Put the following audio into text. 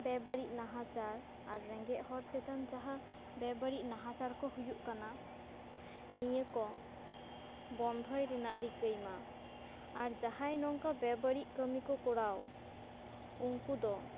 ᱵᱮ ᱵᱟᱹᱲᱤᱡ ᱱᱟᱦᱟᱪᱟᱨ ᱟᱨ ᱨᱮᱸᱜᱮᱡ ᱦᱚᱲ ᱪᱮᱛᱟᱱ ᱡᱟᱦᱟᱸ ᱵᱮ ᱵᱟᱹᱲᱤᱡ ᱱᱟᱦᱟᱪᱟᱨ ᱠᱚ ᱦᱩᱭᱩᱜ ᱠᱟᱱᱟ ᱱᱤᱭᱟᱹ ᱠᱚ ᱵᱚᱱᱫᱷᱚ ᱨᱮᱱᱟᱜ ᱨᱤᱠᱟᱹᱭ ᱢᱟ ᱟᱨ ᱡᱟᱦᱟᱸᱭ ᱱᱚᱝᱠᱟ ᱵᱮ ᱵᱟᱹᱲᱤᱡ ᱠᱟᱹᱢᱤ ᱠᱚ ᱠᱟᱨᱟᱣ ᱩᱱᱠᱩ ᱫᱚ